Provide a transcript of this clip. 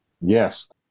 Yes